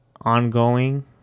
ongoing